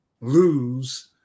lose